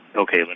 okay